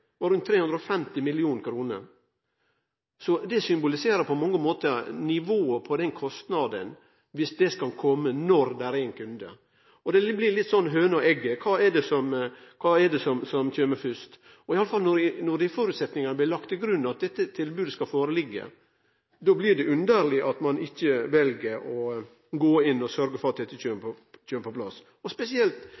rundt 350 mill. kr. Det symboliserer på mange måtar nivået på den kostnaden viss det skal kome når det er ein kunde. Det blir litt som høna og egget: Kva er det som kjem først? Iallfall når det i føresetnaden blir lagt til grunn at dette tilbodet skal liggje føre, blir det underleg at ein ikkje vel å gå inn og sørgjer for at